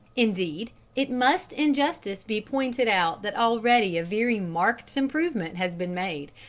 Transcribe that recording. indeed, it must in justice be pointed out that already a very marked improvement has been made,